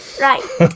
Right